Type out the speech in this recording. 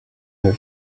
her